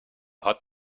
hot